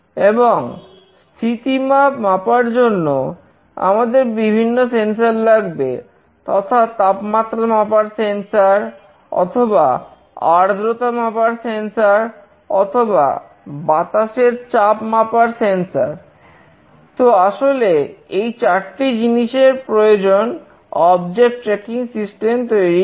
এবং স্থিতিমাপ মাপার জন্য আমাদের বিভিন্ন সেন্সর লাগবে তথা তাপমাত্রা মাপার সেন্সর তৈরীর জন্য